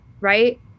right